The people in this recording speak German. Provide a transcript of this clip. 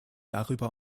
darüber